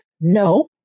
No